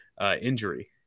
injury